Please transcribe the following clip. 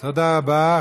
תודה רבה.